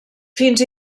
fins